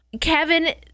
kevin